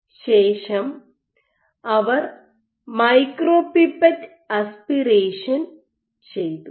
ശേഷം അവർ micropipette aspiration ചെയ്തു